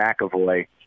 McAvoy –